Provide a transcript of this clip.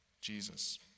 Jesus